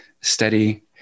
steady